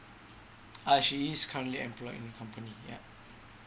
ah she is currently employed in a company yup